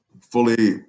fully